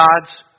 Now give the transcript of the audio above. God's